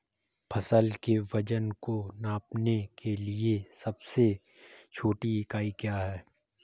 फसल के वजन को नापने के लिए सबसे छोटी इकाई क्या है?